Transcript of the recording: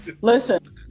Listen